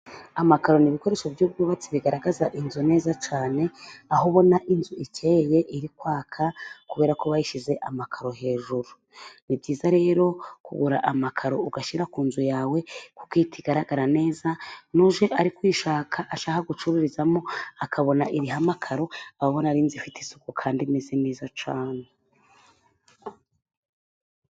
Amakaro ni ibikoresho by'ubwubatsi bigaragaza inzu neza cyane, aho ubona inzu ikeye iri kwaka kuberako wayishyize amakaro hejuru, ni byiza rero kugura amakaro ugashyira ku nzu yawe kuko ihita igaragara neza, n'uje ari kuyishaka ashaka gucururizamo, akabona iriho amakaro aba abona inzu ifite isuku kandi imeze neza cyane.